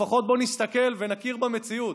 לפחות בוא נסתכל ונכיר במציאות.